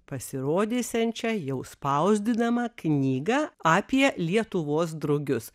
pasirodysiančią jau spausdinamą knygą apie lietuvos drugius